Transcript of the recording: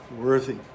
worthy